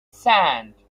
sand